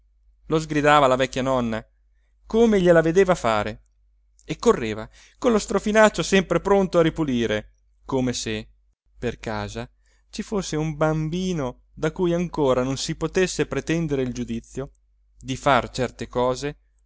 lo sgridava la vecchia nonna come gliela vedeva fare e correva con lo strofinaccio sempre pronto a ripulire come se per casa ci fosse un bambino da cui ancora non si potesse pretendere il giudizio di far certe cose